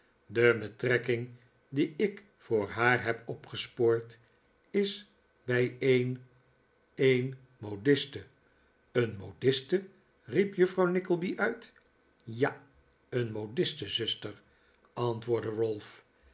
de betrekking die ik voor haar heb opgespoord is bij een een modiste een modiste riep juffrouw nickleby uit ja een modiste zuster antwoordde ralph